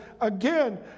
again